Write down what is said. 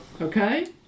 Okay